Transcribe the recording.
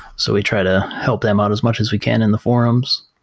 so we try to help them out as much as we can in the forums.